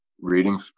reading